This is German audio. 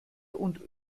und